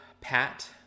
pat